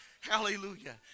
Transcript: hallelujah